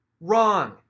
Wrong